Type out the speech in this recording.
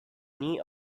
knee